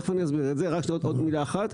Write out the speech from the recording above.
אני תכף אסביר את זה, רק עוד מילה אחת.